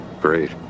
great